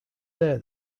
there